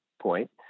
point